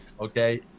okay